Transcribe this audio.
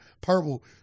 purple